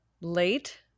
Late